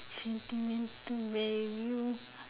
sentimental value